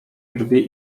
drzwi